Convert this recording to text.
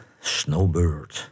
Snowbird